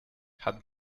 had